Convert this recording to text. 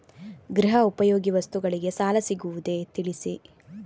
ಗೃಹ ಉಪಯೋಗಿ ವಸ್ತುಗಳಿಗೆ ಸಾಲ ಸಿಗುವುದೇ ತಿಳಿಸಿ?